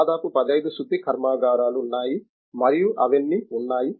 దాదాపు 15 శుద్ధి కర్మాగారాలు ఉన్నాయి మరియు అవన్నీ ఉన్నాయి